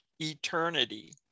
Eternity